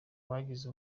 bagize